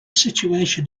situation